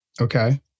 Okay